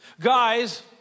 Guys